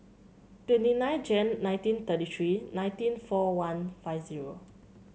twenty nine Jan nineteen thirty three nineteen four one five zero